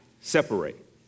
separate